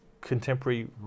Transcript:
contemporary